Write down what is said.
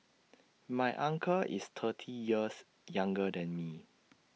my uncle is thirty years younger than me